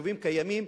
היישובים קיימים.